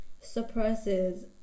suppresses